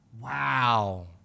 Wow